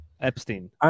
Epstein